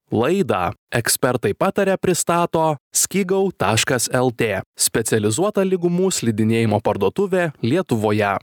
laidą ekspertai pataria pristato skigau taškas lt specializuota lygumų slidinėjimo parduotuvė lietuvoje